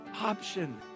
option